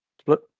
split